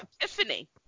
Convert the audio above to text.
Epiphany